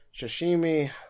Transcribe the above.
sashimi